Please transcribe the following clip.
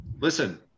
Listen